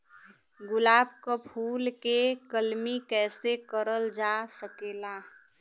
गुलाब क फूल के कलमी कैसे करल जा सकेला?